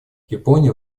япония